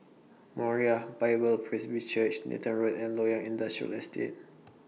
Moriah Bible Presby Church Nathan Road and Loyang Industrial Estate